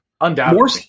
Undoubtedly